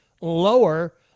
lower